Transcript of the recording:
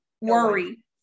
worry